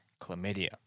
chlamydia